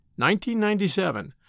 1997